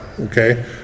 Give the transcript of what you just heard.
okay